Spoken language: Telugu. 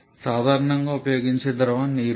సాధారణంగా ఉపయోగించే ద్రవం నీరు